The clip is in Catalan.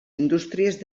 indústries